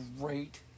great